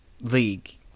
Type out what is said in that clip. league